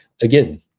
again